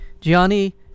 Gianni